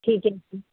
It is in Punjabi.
ਠੀਕ ਐ ਜੀ